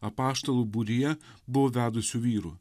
apaštalų būryje buvo vedusių vyrų